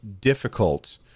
difficult